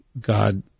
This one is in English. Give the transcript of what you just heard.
God